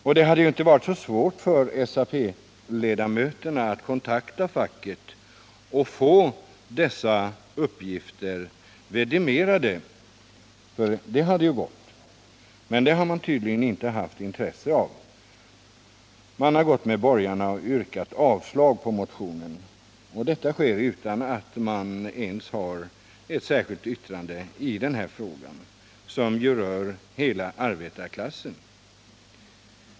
Det borde inte heller ha varit så svårt för SAP-ledamöterna att kontakta facket och få dessa uppgifter verifierade, men det har man tydligen inte haft intresse av. Man har gått med borgarna och yrkar avslag på motionen. Detta sker utan att man ens har ett särskilt yttrande i den här frågan som ju rör hela arbetarklassen.